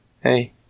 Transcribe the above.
hey